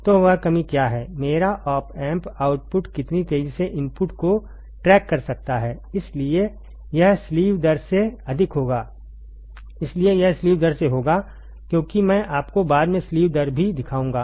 तो वह कमी क्या है मेरा ऑप एम्प आउटपुट कितनी तेजी से इनपुट को ट्रैक कर सकता है इसलिए यह स्लीव दर से होगा क्योंकि मैं आपको बाद में स्लीव दर भी दिखाऊंगा